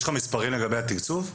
יש לך מספרים לגבי התקצוב?